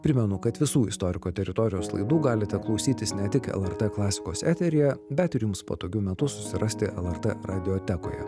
primenu kad visų istoriko teritorijos laidų galite klausytis ne tik lrt klasikos eteryje bet ir jums patogiu metu susirasti lrt radiotekoje